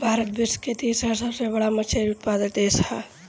भारत विश्व के तीसरा सबसे बड़ मछली उत्पादक देश ह